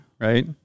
right